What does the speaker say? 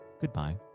goodbye